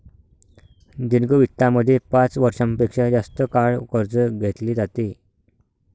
दीर्घ वित्तामध्ये पाच वर्षां पेक्षा जास्त काळ कर्ज घेतले जाते